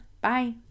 Bye